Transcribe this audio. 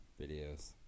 videos